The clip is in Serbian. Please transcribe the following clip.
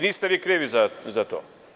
Niste vi krivi za to.